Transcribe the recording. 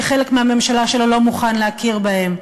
שחלק מהממשלה שלו לא מוכן להכיר בהם.